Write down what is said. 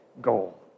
goal